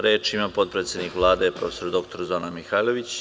Reč ima potpredsednik Vlade prof. dr Zorana Mihajlović.